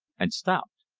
and stopped.